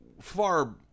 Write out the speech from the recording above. Far